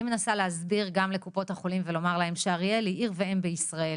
אני מנסה להסביר גם לקופות החולים ולומר להן שאריאל היא עיר ואם בישראל,